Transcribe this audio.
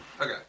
Okay